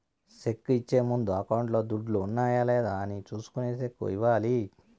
cheque ఇచ్చే ముందు అకౌంట్లో దుడ్లు ఉన్నాయా లేదా అని చూసుకొని సెక్కు ఇవ్వాలి